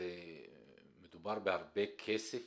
מדובר בהרבה כסף